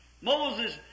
Moses